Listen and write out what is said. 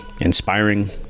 inspiring